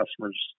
customers